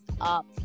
up